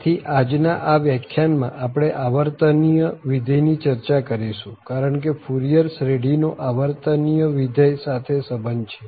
આથી આજ ના આ વ્યાખ્યાનમાં આપણે આવર્તનીય વિધેય ની ચર્ચા કરીશું કારણ કે ફુરિયર શ્રેઢીનો આવર્તનીય વિધેય સાથે સંબંધ છે